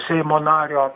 seimo nario